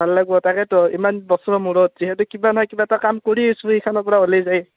ভাল লাগব তাকেতো ইমান বছৰ মূৰত যিহেতু কিবা নয় কিবা এটা কাম কৰি আছোঁ সেইখনৰ পৰা উলাই যায়